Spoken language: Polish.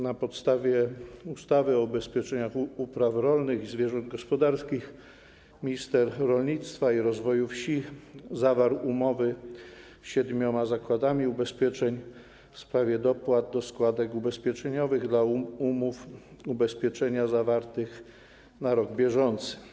Na podstawie ustawy o ubezpieczeniach upraw rolnych i zwierząt gospodarskich minister rolnictwa i rozwoju wsi zawarł z siedmioma zakładami ubezpieczeń umowy w sprawie dopłat do składek ubezpieczeniowych dla umów ubezpieczenia zawartych na rok bieżący.